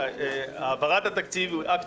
העברת התקציב היא אקט